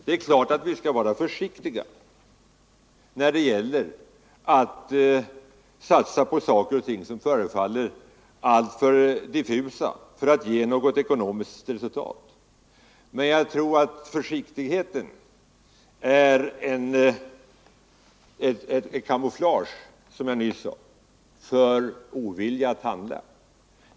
Vi skall självfallet vara försiktiga när det gäller att satsa på saker och ting som förefaller alltför diffusa för att ge ekonomiskt resultat. Men jag tror att försiktigheten i det sammanhang som det nu gäller är ett kamouflage - som jag nyss sade — för ovilja att handla.